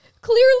clearly